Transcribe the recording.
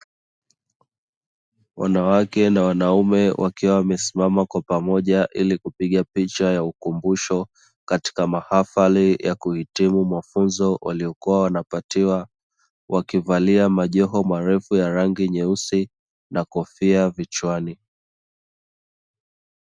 Wanawake na wanaume wakiwa wamesimama kwa pamoja ili kupiga picha ya ukumbusho katika mahafali ya kuhitimu mafunzo waliyokuwa wanapatiwa, wakivalia majoho marefu ya rangi nyeusi na kofia vichwani.